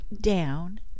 down